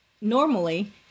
normally